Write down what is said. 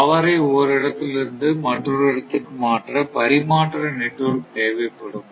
பவரை ஓரிடத்திலிருந்து இன்னொரு இடத்துக்கு மாற்ற பரிமாற்ற நெட்வொர்க் தேவைப்படும்